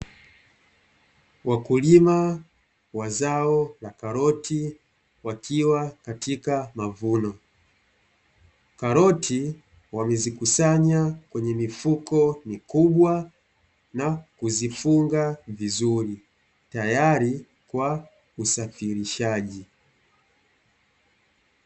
Wakulima wa zao la karoti wakiwa katika mavuno, karoti wamezikusanya katika mifuko mikubwa n kuzifunga vizuri tayari kwa ajili ya usafirishaji.